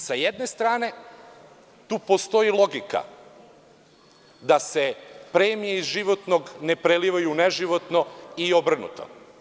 Sa jedne strane tu postoji logika da se premije i životnog ne prelivaju ne neživotno i obrnuto.